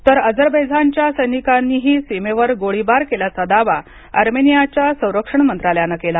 तर अझरबैजानच्या सैनिकांनीही सीमेवर गोळीबार केल्याचा दावा अर्मेनियाच्या संरक्षण मंत्रालयानं केला